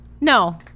No